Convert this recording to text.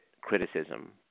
criticism